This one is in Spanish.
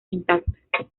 intacta